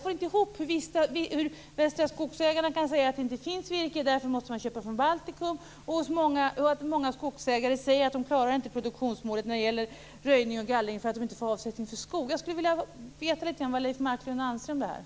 Hur kan Västra Skogsägarna säga att det inte finns virke och att man därför måste köpa från Baltikum, när många skogsägare säger att de inte når upp till produktionsmålet när det gäller röjning och gallring därför att de inte får avsättning för skog? Jag skulle vilja veta vad Leif Marklund anser om detta.